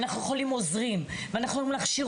אנחנו יכולים להכשיר עוזרים,